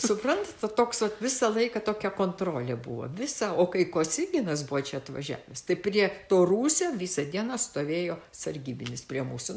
suprantat va toks visą laiką tokia kontrolė buvo visa o kai kosyginas buvo čia atvažiavęs tai prie to rūsio visą dieną stovėjo sargybinis prie mūsų